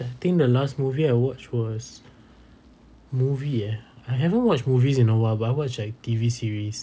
I think the last movie I watched was movie eh I haven't watch movies in awhile but I watch like T_V series